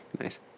Nice